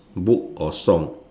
book or song